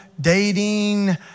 dating